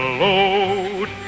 load